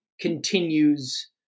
continues